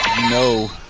No